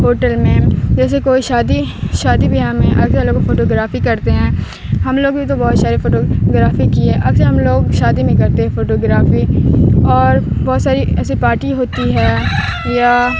hotel میں جیسے کوئی شادی شادی بیاہ میں اکثر ہم لوگ کو فوٹوگرافی کرتے ہیں ہم لوگوں تو بہت سارے فوٹو گرافی کی ہے اکثر ہم لوگ شادی میں کرتے ہیں فوٹوگرافی اور بہت ساری ایسی پارٹی ہوتی ہے یا